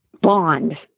bond